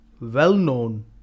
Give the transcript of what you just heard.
well-known